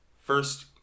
first